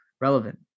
relevant